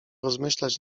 rozmyślać